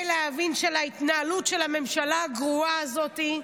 להבין: ההתנהלות של הממשלה הגרועה הזאת,